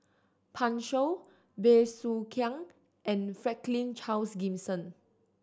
Pan Shou Bey Soo Khiang and Franklin Charles Gimson